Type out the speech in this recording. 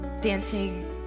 dancing